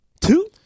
two